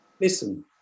Listen